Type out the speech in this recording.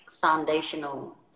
foundational